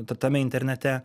tame internete